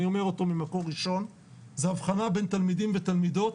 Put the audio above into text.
אני אומר אותו ממקור ראשון זה אבחנה בין תלמידים ותלמידות